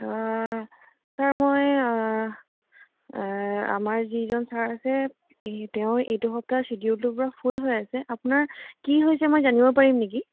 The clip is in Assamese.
ছাৰ মই আমাৰ যিজন ছাৰ আছে এই তেওঁ এইটো সপ্তাহ শ্বিডিউলটো পুৰা ফুল হৈ আছে আপোনাৰ কি হৈ আছে মই জানিব পাৰিম নিকি